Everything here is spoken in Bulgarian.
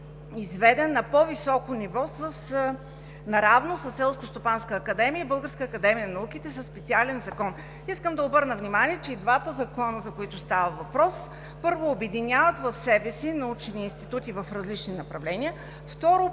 на по-високо ниво, наравно със Селскостопанската академия и Българската академия на науките. Искам да обърна внимание, че и двата закона, за които става въпрос, първо, обединяват в себе си научни институти в различни направления.